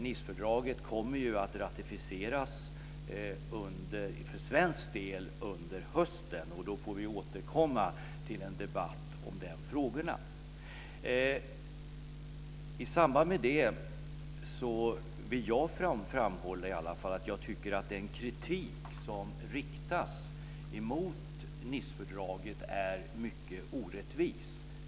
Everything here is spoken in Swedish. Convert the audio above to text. Nicefördraget kommer för svensk del att ratificeras under hösten, och vi får då återkomma till en debatt om de här frågorna. I samband med det vill åtminstone jag framhålla att jag tycker att den kritik som riktas emot Nicefördraget är mycket orättvis.